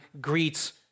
greets